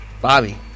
Bobby